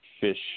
fish